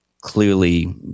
clearly